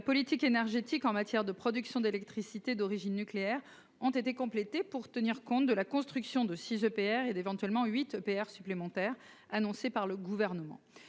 la politique énergétique en matière de production d'électricité d'origine nucléaire ont été complétés pour tenir compte de la construction de six, voire de quatorze EPR supplémentaires annoncée par le Gouvernement.